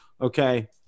okay